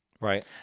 Right